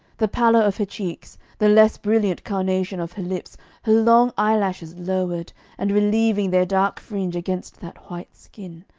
the pallor of her cheeks, the less brilliant carnation of her lips, her long eyelashes lowered and relieving their dark fringe against that white skin,